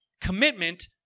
commitment